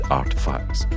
artifacts